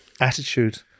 attitude